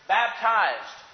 baptized